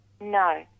No